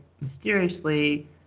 mysteriously